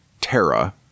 Terra